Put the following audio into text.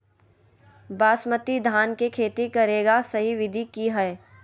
बासमती धान के खेती करेगा सही विधि की हय?